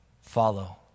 follow